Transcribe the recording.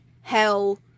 Hell